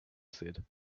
said